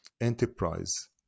enterprise